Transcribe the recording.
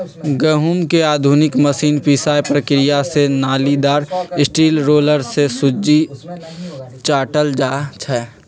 गहुँम के आधुनिक मशीन पिसाइ प्रक्रिया से नालिदार स्टील रोलर से सुज्जी छाटल जाइ छइ